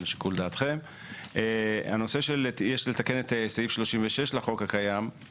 עניינים שאינם מורחבים בהצעת החוק הנוכחית.